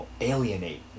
alienate